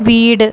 വീട്